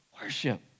worship